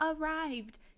arrived